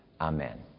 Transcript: Amen